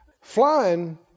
Flying